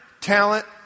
talent